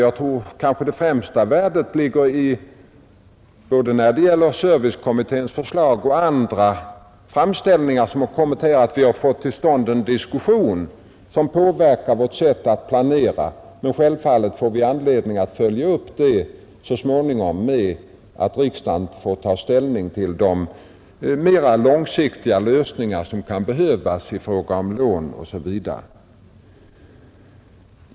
Det kanske främsta värdet när det gäller servicekommitténs förslag och andra framställningar som har kommit i miljöfrågan ligger i att vi har fått till stånd en diskussion som påverkar vårt sätt att planera. Självfallet får vi anledning att följa upp frågan i riksdagen och ta ställning till de mera långsiktiga lösningar som kan behövas i fråga om lån osv.